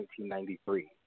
1993